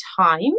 time